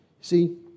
See